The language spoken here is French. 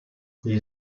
les